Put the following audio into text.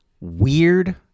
weird